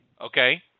Okay